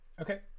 Okay